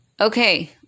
Okay